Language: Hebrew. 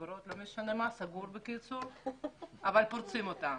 אבל פורצים אותם.